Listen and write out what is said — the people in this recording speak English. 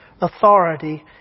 Authority